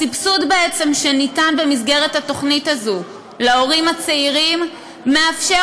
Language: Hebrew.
הסבסוד שבעצם ניתן במסגרת התוכנית הזאת להורים צעירים מאפשר